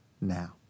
now